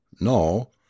No